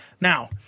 Now